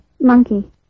monkey